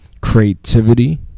Creativity